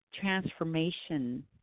transformation